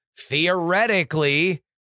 theoretically